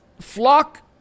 flock